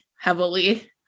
heavily